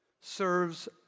serves